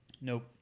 Nope